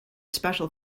special